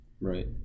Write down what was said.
Right